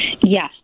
Yes